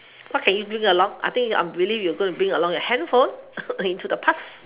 okay you bring along I think I believe you're going to bring along your handphone into the past